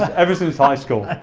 ever since high school.